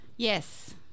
Yes